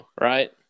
right